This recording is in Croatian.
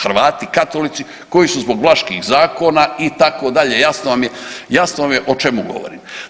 Hrvati, katolici koji su zbog vlaških zakona, itd., jasno vam je o čemu govorim.